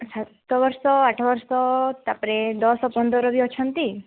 ଆଚ୍ଛା ସାତ ବର୍ଷ ଆଠ ବର୍ଷ ତାପରେ ଦଶ ପନ୍ଦର ବି ଅଛନ୍ତି